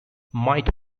might